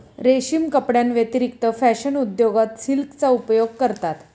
रेशीम कपड्यांव्यतिरिक्त फॅशन उद्योगात सिल्कचा उपयोग करतात